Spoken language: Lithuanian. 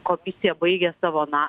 komisija baigė savo na